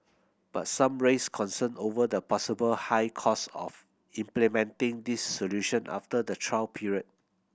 but some raised concern over the possible high cost of implementing these solution after the trial period